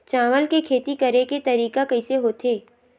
चावल के खेती करेके तरीका कइसे होथे?